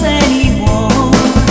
anymore